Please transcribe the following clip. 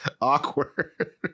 Awkward